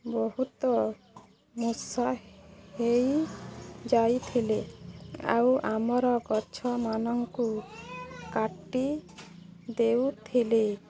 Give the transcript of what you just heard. ବହୁତ ମୂଷା ହୋଇଯାଇଥିଲେ ଆଉ ଆମର ଗଛମାନଙ୍କୁ କାଟି ଦେଉଥିଲେ